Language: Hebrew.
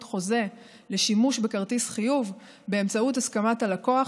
חוזה לשימוש בכרטיס חיוב באמצעות הסכמת הלקוח,